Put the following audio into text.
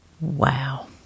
Wow